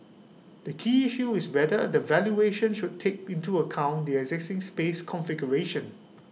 the key issue is whether the valuation should take into account the existing space configuration